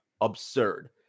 Absurd